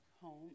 home